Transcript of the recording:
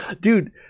Dude